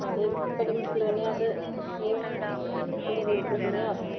हां ते बड़ी मुश्कलें कन्ने अस एह् इन्नी दूर पुज्जने आं अस